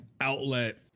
outlet